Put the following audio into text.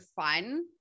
fun